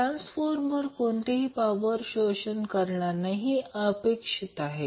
transformer कोणतीही power शोषण घेणार नाही हे अपेक्षित आहे